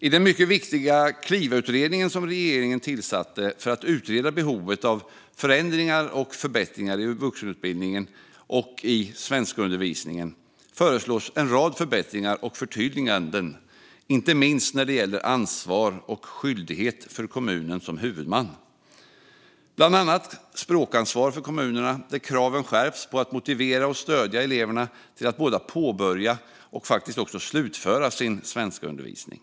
I den mycket viktiga Klivautredningen som regeringen tillsatte för att utreda behovet av förändringar och förbättringar i vuxenutbildningen och i svenskundervisningen föreslås en rad förbättringar och förtydliganden inte minst när det gäller ansvar och skyldighet för kommunen som huvudman. Det gäller bland annat ett språkansvar för kommunerna där kraven skärps på att motivera och stödja eleverna till att både påbörja och också slutföra sin svenskundervisning.